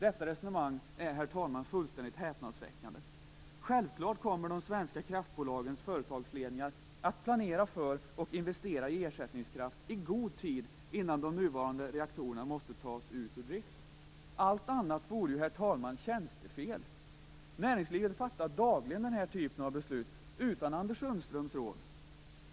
Detta resonemang är, herr talman, fullständigt häpnadsväckande. Självklart kommer de svenska kraftbolagens företagsledningar att planera för och investera i ersättningskraft i god tid innan de nuvarande reaktorerna måste tas ur drift. Allt annat vore, herr talman, tjänstefel. Näringslivet fattar dagligen den typen av beslut, utan Anders Sundströms råd.